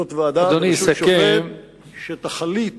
זו ועדה בראשות שופט, שתחליט